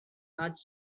large